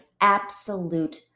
absolute